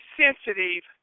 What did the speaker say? sensitive